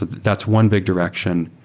that's one big direction.